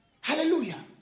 Hallelujah